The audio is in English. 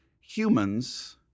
humans